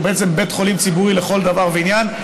בעצם בית חולים ציבורי לכל דבר ועניין,